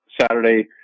Saturday